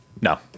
No